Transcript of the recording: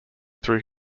through